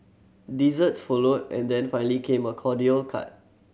desserts followed and then finally came a cordial cart